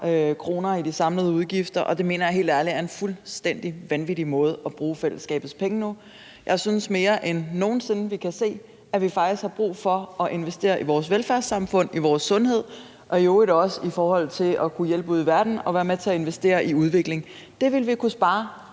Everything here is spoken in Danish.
for næsten 60 mia. kr., og det mener jeg helt ærligt er en fuldstændig vanvittig måde at bruge fællesskabets penge på. Jeg synes mere end nogen sinde, at vi kan se, at vi faktisk har brug for at investere i vores velfærdssamfund, i vores sundhed og i øvrigt også i at kunne hjælpe ude i verden og være med til at investere i udvikling. Det vil vi kunne spare